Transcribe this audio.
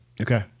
Okay